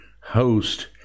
host